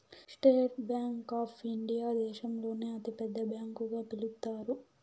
state Bank of India దేశంలోనే అతి పెద్ద బ్యాంకు గా పిలుత్తారు